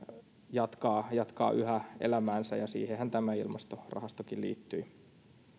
jatkaa yhä elämäänsä ja siihenhän tämä ilmastorahastokin liittyy